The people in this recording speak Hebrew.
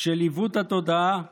של עיוות התודעה תודה.